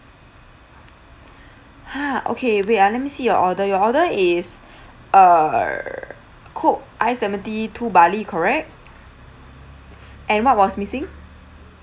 ha okay wait ah let me see your order your order is err coke ice lemon tea two barley correct and what was missing